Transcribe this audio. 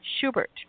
Schubert